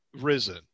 risen